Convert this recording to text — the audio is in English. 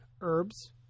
herbs